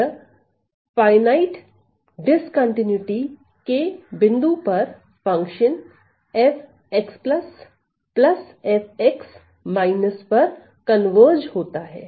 यह परिमित असांतत्यता के बिंदु पर function f x f x− पर अभिसरित होता है